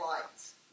lights